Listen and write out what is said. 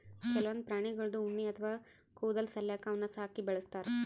ಕೆಲವೊಂದ್ ಪ್ರಾಣಿಗಳ್ದು ಉಣ್ಣಿ ಅಥವಾ ಕೂದಲ್ ಸಲ್ಯಾಕ ಅವನ್ನ್ ಸಾಕಿ ಬೆಳಸ್ತಾರ್